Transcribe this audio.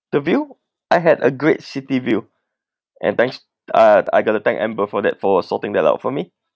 the view I had a great city view and thanks uh I got to thank amber for that for sorting that out for me